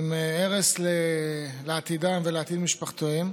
עם הרס לעתידם ולעתיד משפחותיהם.